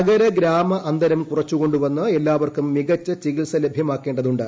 നഗര ഗ്രാമ അന്തരം കുറച്ചുകൊണ്ടുവന്ന് എല്ലാവർക്കും മികച്ച ചികിത്സ ലഭ്യമാക്കേണ്ടതുണ്ട്